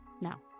now